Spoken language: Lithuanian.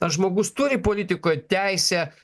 ar žmogus turi politikoj teisę